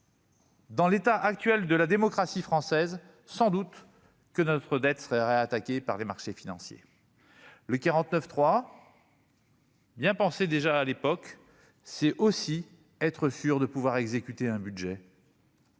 Dans l'état actuel de la démocratie française, sans doute que notre dette serait attaqué par les marchés financiers le 49 3. Bien penser déjà à l'époque, c'est aussi être sûr de pouvoir exécuter un budget.